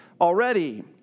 already